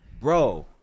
bro